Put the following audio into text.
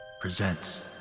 presents